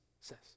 says